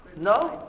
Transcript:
No